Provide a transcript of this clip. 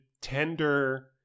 tender